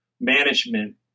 management